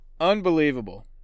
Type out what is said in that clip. Unbelievable